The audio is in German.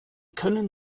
können